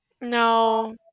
No